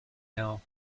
now